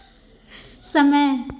समय